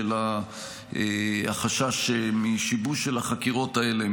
החשש משיבוש החקירות האלה,